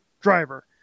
driver